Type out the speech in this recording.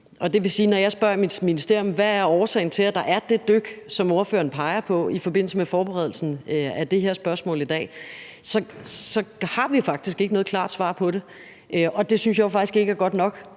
når jeg spørger i mit ministerium, hvad der er årsagen til, at der er det dyk, som spørgeren peger på, i forbindelse med forberedelsen af det her spørgsmål i dag, så har vi faktisk ikke noget klart svar på det. Det synes jeg faktisk ikke er godt nok,